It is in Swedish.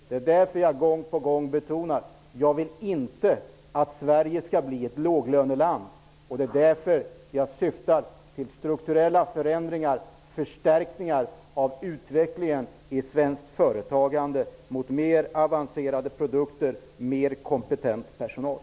Det är därför jag gång på gång betonar att jag inte vill att Sverige skall bli ett låglöneland. Det är därför jag syftar till strukturella förändringar, förstärkningar och utveckling av svenskt företagande mot mer avancerade produkter och mer kompetent personal.